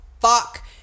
fuck